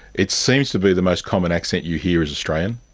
it seems to be the most common accent you hear is australian.